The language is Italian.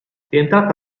rientrato